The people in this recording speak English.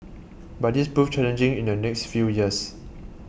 but this proved challenging in the next few years